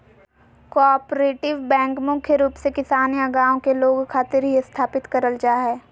cooperative bank मुख्य रूप से किसान या गांव के लोग खातिर ही स्थापित करल जा हय